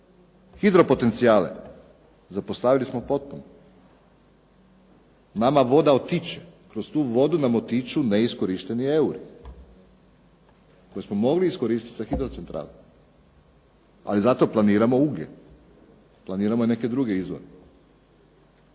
Hidropotencijale zapostavili smo potpuno. Nama voda otiče, kroz tu vodu nam otiču neiskorišteni euri koje smo mogli iskoristiti za hidrocentrale. Ali zato planiramo ugljen, planiramo i neke druge izvore.